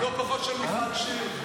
לא פחות של מיכל שיר,